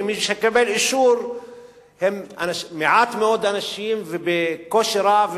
ומי שמקבל אישור הם מעט מאוד אנשים ובקושי רב,